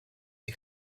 die